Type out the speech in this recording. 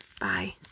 Bye